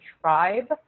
tribe